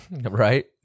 Right